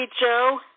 Joe